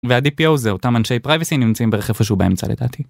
וה-dpo זה אותם אנשי פרייביסי, נמצאים ב... איפשהו באמצע, לדעתי.